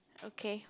okay